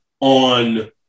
on